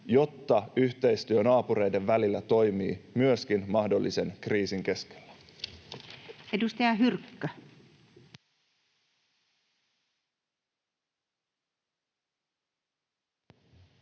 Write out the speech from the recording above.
jotta yhteistyö naapureiden välillä toimii myöskin mahdollisen kriisin keskellä.